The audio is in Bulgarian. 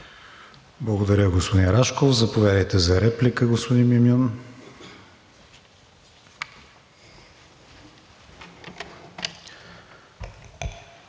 Благодаря, господин Рашков. Заповядайте за реплика, господин Мюмюн.